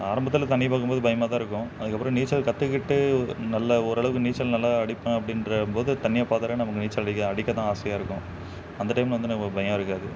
ஆரம்பத்தில் தண்ணியை பார்க்கும்போது பயமாக தான் இருக்கும் அதுக்கப்புறம் நீச்சல் கற்றுக்கிட்டு நல்லா ஓரளவுக்கு நீச்சல் நல்லா அடிப்பேன் அப்படின்றபோது தண்ணியை பார்த்தாலே நமக்கு நீச்சல் அடிக்க அடிக்க தான் ஆசையாக இருக்கும் அந்த டைம்ல வந்து நமக்கு பயம் இருக்காது